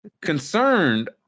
Concerned